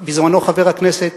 בזמנו, חבר הכנסת